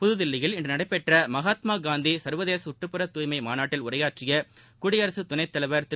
புதுதில்லியில் இன்று நடைபெற்ற மகாத்மா காந்தி சன்வதேச சுற்றுப்புற தூய்மை மாநாட்டில் உரையாற்றிய குடியரசு துணைத் தலைவா் திரு